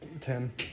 ten